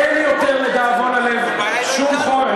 אין יותר, לדאבון הלב, שום חורף.